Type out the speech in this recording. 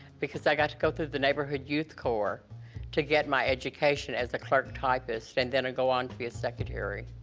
because i got to go through the neighborhood youth corps to get my education as a clerk typist, and then to go on to be a secretary.